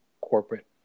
corporate